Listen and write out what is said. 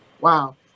Wow